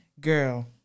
Girl